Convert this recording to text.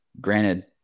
Granted